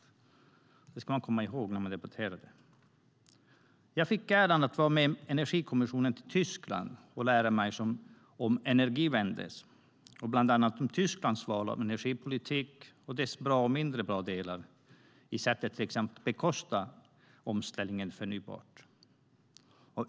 Det ska man komma ihåg när man debatterar den här frågan. Jag fick äran att följa med Energikommissionen till Tyskland och lära mig om bland annat Energiewende, Tysklands val av energipolitik och det som är bra och mindre bra i sättet att till exempel bekosta omställningen till förnybart.